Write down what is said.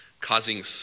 causing